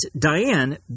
Diane